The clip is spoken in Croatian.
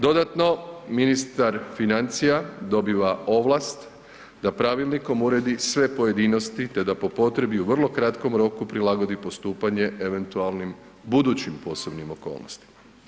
Dodatno, ministar financija dobiva ovlast da pravilnikom uredi sve pojedinosti te da po potrebi u vrlo kratkom roku prilagodi postupanje eventualnim budućim posebnim okolnostima.